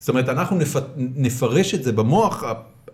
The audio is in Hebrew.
זאת אומרת, אנחנו נפרש את זה במוח.